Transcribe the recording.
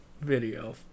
video